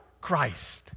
Christ